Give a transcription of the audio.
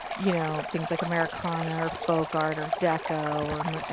you know, things like americana or folk art or deco or,